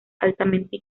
altamente